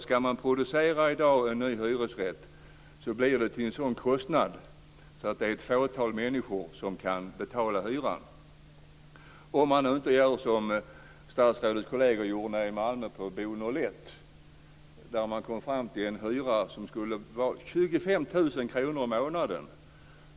Ska man producera en hyresrätt i dag blir det till så hög kostnad att det bara är ett fåtal människor som kan betala hyran, om man inte gör som statsrådets kolleger gjorde i Malmö när det gällde Bo 01. Där kom man fram till en hyra på 25 000 kr i månaden.